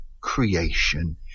creation